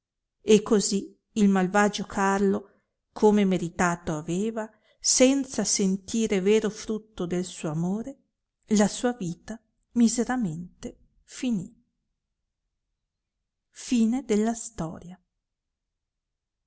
e così il malvagio carlo come meritato aveva senza sentire vero frutto del suo amore la sua vita miseramente finì già